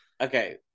Okay